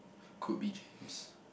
could be James